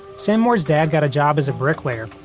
sam moore's dad got a job as a bricklayer,